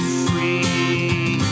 free